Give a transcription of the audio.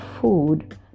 food